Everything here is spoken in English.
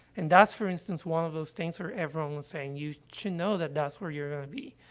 and that's, for instance, one of those things where everyone was saying, you should know that that's where you're going to be,